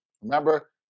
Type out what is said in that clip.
Remember